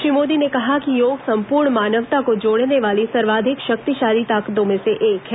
श्री मोदी ने कहा कि योग संपूर्ण मानवता को जोड़ने वाली सर्वाधिक शक्तिशाली ताकतों में से एक है